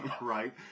right